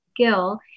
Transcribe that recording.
skill